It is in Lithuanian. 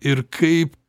ir kaip